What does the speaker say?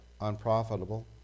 unprofitable